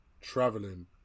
traveling